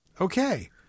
Okay